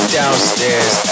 downstairs